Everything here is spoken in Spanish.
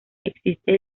existe